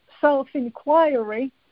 self-inquiry